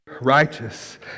righteous